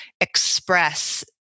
express